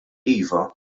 iva